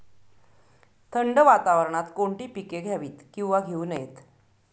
थंड वातावरणात कोणती पिके घ्यावीत? किंवा घेऊ नयेत?